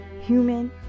Human